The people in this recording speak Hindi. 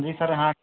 जी सर हाँ